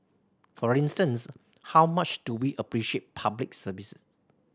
for instance how much do we appreciate Public Service